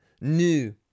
new